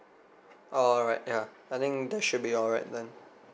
alright ya I think that should be alright then